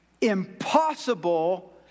impossible